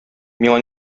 миңа